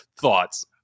thoughts